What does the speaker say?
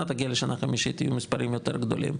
תגיע לשנה החמישית יהיו מספרים יותר גדולים.